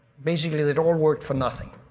basically, they'd all worked for nothing.